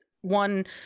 one